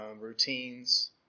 routines